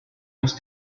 los